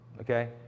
Okay